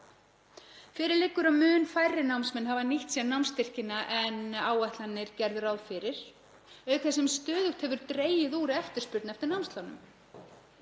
Fyrir liggur að mun færri námsmenn hafa nýtt sér námsstyrkina en áætlanir gerðu ráð fyrir, auk þess sem stöðugt hefur dregið úr eftirspurn eftir námslánum.